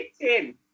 kitchen